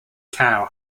cow